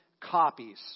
copies